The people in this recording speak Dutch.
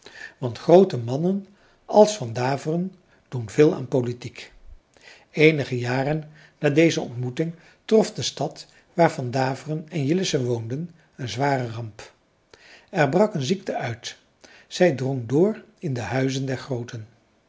want groote mannen als van daveren doen veel aan politiek eenige jaren na deze ontmoeting trof de stad waar van daveren en jillessen woonden een zware ramp er brak een ziekte uit zij drong door in de huizen der grooten